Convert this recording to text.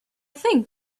think